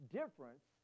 difference